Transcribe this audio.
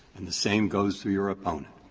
and the same goes for your opponent.